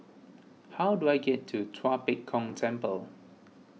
how do I get to Tua Pek Kong Temple